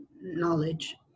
knowledge